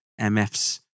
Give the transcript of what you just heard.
MFs